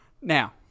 Now